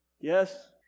yes